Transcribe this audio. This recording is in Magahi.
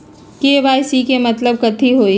के.वाई.सी के मतलब कथी होई?